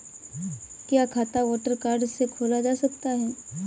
क्या खाता voter card से खोला जा सकता है?